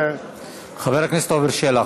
חבר הכנסת עפר שלח,